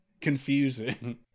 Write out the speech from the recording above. confusing